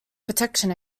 protection